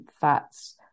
fats